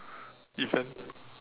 event